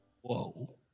Whoa